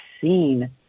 seen